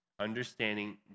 Understanding